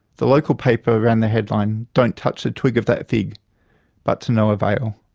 the local paper ran the headline don't touch a twig of that fig but to no avail.